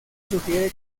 sugiere